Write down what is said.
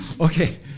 Okay